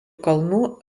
kalnų